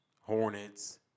Hornets